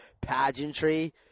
Pageantry